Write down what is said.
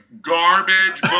Garbage